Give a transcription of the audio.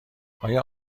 آیا